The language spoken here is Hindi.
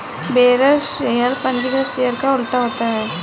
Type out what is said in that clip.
बेयरर शेयर पंजीकृत शेयर का उल्टा होता है